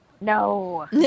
No